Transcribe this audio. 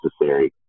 necessary